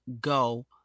go